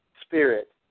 spirit